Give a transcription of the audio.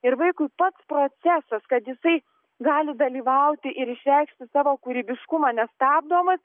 ir vaikui pats procesas kad jisai gali dalyvauti ir išreikšti savo kūrybiškumą nestabdomas